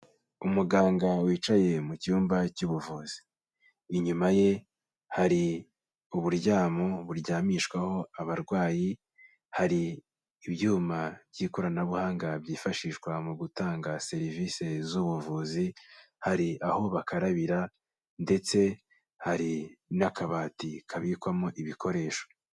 Umuganga wicaye mu cyumba cy'ubuvuzi, inyuma ye hari uburyamo buryamishwaho abarwayi, hari ibyuma by'ikoranabuhanga byifashishwa mu gutanga serivisi z'ubuvuzi, hari aho bakarabira ndetse hari n'akabati kabikwamo ibikoresho.